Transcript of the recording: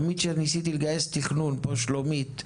שלומית פה,